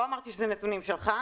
לא אמרתי שזה נתונים שלך.